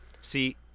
see